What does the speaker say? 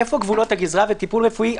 איפה גבולות הגזרה בטיפול רפואי?